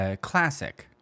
classic